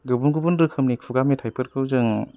गुबुन गुबुन रोखोमनि खुगा मेथाइ फोरखौजों